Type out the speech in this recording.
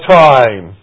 time